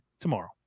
tomorrow